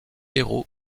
héros